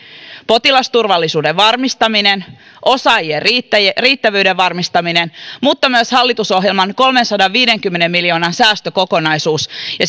potilasturvallisuuden varmistaminen ja osaajien riittävyyden riittävyyden varmistaminen mutta myös hallitusohjelman kolmensadanviidenkymmenen miljoonan säästökokonaisuus ja